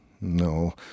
No